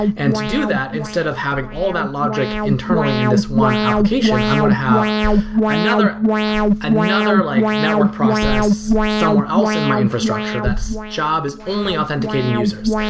and to do that, instead of having all that logic internally in this one application. i am going to have another another like network process somewhere else in my infrastructure, that job is only authenticating users.